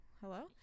hello